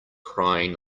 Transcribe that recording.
crying